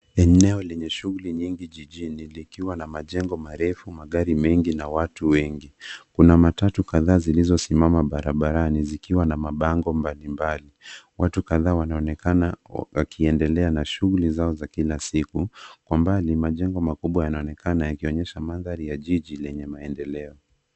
Eneo lenye shughuli nyingi jijini likiwa na majengo marefu, magari mengi na watu wengi. Kuna matatau kadhaa zilizosimama barabarani zikiwa na mabango mbalimbali. Watu kadhaa wanaonekana wakiendelea na shughuli zao za kila siku. Kwa mbali, majengo makubwa yanaonekana yakionyesha mandhari ya jiji lenye maendeleo.